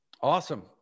Awesome